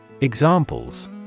Examples